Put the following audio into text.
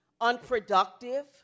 unproductive